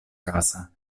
casa